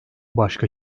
başka